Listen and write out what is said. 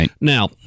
Now